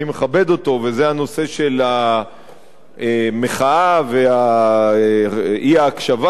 זה הנושא של המחאה והאי-הקשבה למחאה,